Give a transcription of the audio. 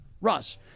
Russ